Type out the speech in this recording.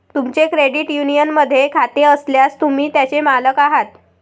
तुमचे क्रेडिट युनियनमध्ये खाते असल्यास, तुम्ही त्याचे मालक आहात